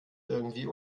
irgendwie